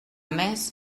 més